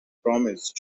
promised